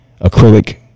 acrylic